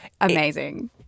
amazing